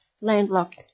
landlocked